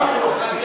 בסדר.